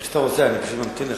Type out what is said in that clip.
איך שאתה רוצה, אני פשוט ממתין לך.